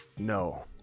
no